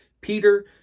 Peter